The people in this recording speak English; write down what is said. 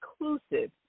inclusive